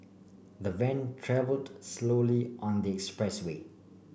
the van travelled slowly on the expressway